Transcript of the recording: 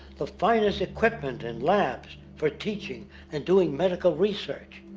the finest equipment in labs for teaching and doing medical research.